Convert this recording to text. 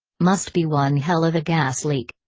must be one hell of a gas leak.